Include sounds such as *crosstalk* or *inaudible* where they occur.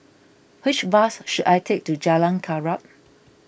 which bus should I take to Jalan *unintelligible*